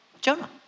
Jonah